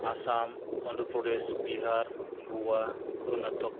Assam Andhra Pradesh Bihar Goa Karnataka